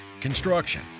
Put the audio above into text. construction